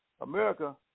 America